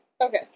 Okay